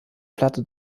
platte